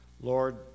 Lord